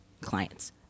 clients